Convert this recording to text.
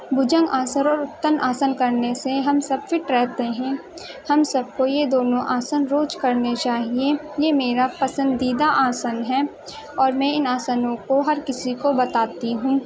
بھجنگ آسن اور اتن آسن کرنے سے ہم سب فٹ رہتے ہیں ہم سب کو یہ دونوں آسن روز کرنے چاہیے یہ میرا پسندیدہ آسن ہے اور میں ان آسنوں کو ہر کسی کو بتاتی ہوں